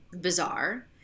bizarre